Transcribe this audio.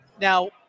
Now